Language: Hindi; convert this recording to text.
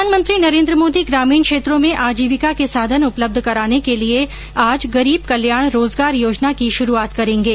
प्रधानमंत्री नरेन्द्र मोदी ग्रामीण क्षेत्रों में आजीविका के साधन उपलब्ध कराने के लिए आज गरीब कल्याण रोजगार योजना की शुरूआत करेंगे